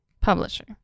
publisher